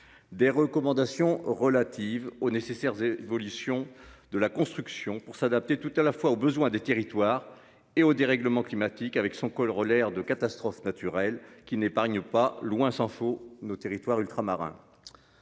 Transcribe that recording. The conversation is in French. des recommandations relatives aux nécessaires évolutions de la construction pour s'adapter tout à la fois aux besoins des territoires et aux dérèglements climatiques, avec son corollaire de catastrophes naturelles qui n'épargne pas, loin s'en faut. Nos territoires ultramarins.